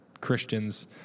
Christians